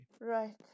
Right